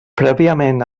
prèviament